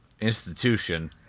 institution